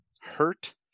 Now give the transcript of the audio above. hurt